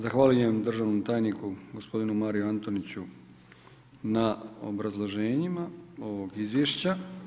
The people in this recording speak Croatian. Zahvaljujem državnom tajniku, gospodinu Mariu Antoniću na obrazloženjima ovog izvješća.